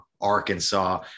Arkansas